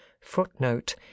Footnote